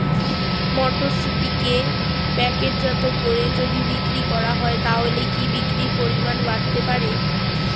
মটরশুটিকে প্যাকেটজাত করে যদি বিক্রি করা হয় তাহলে কি বিক্রি পরিমাণ বাড়তে পারে?